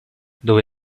dove